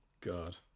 god